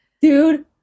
Dude